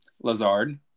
Lazard